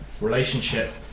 relationship